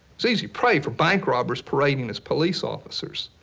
it's easy prey for bank robbers parading as police officers.